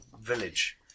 village